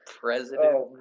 president